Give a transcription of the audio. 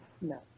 No